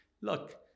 look